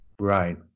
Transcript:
Right